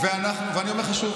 אני אומר לך שוב,